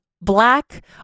black